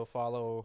follow